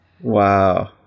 Wow